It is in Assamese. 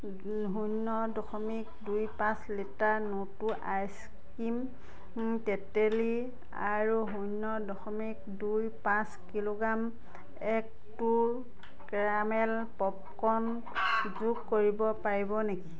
শূন্য দশমিক দুই পাঁচ লিটাৰ নতু আইচ ক্ৰীম তেতেলী আৰু শূন্য দশমিক দুই পাঁচ kilogram extra caramel popcorn যোগ কৰিব পাৰিব নেকি